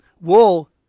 Wool